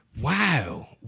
Wow